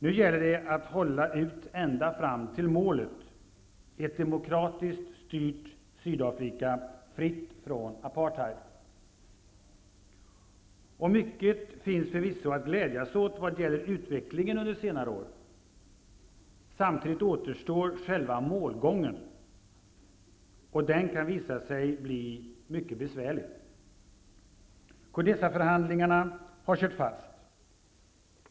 Nu gäller det att hålla ut ända fram till målet: ett demokratiskt styrt Sydafrika fritt från apartheid. Och mycket finns förvissso att glädjas åt när det gäller utvecklingen under senare år. Samtidigt återstår själva målgången. Och den kan visa sig bli mycket besvärlig. Codesaförhandlingarna har kört fast.